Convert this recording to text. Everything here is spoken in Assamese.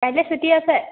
কাইলে ছুটি আছে